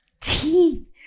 Teeth